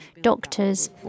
doctors